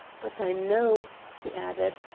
but i know, he added,